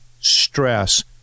stress